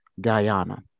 Guyana